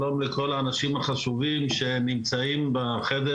שלום לכל האנשים החשובים שנמצאים בחדר